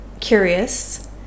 curious